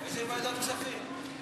איזה ועדת כספים?